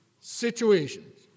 situations